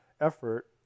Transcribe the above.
effort